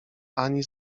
ani